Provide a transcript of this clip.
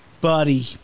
Buddy